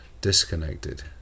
disconnected